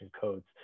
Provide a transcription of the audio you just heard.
codes